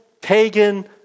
pagan